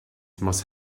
must